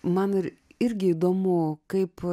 man ir irgi įdomu kaip